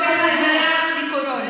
ולמען תומכי הטרור.